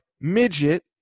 midget